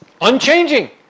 unchanging